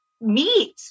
meat